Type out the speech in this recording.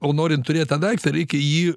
o norint turėt tą daiktą reikia jį